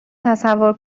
تصور